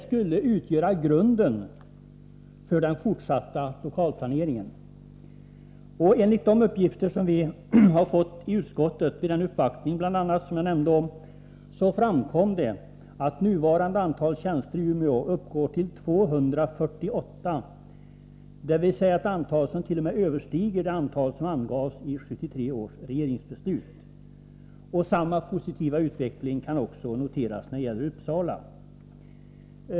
Enligt de uppgifter som vi i utskottet har fått, bl.a. vid uppvaktningen som jag nämnde om, framkom det att nuvarande antalet tjänster i Umeå uppgår till 248, dvs. ett antal som t.o.m. överstiger det antal som angavs i 1973 års regeringsbeslut. Samma positiva utveckling kan också noteras i Uppsala.